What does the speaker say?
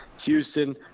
Houston